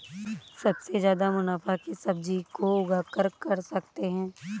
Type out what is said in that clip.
सबसे ज्यादा मुनाफा किस सब्जी को उगाकर कर सकते हैं?